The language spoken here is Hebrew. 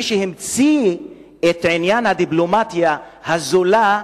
מי שהמציא את עניין הדיפלומטיה הזולה,